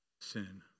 sin